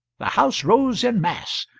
the house rose in mass,